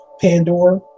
Pandora